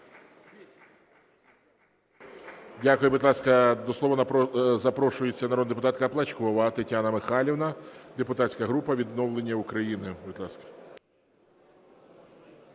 Дякую. Будь ласка, до слова запрошується народна депутатка Плачкова Тетяна Михайлівна, депутатська група "Відновлення України". Будь ласка.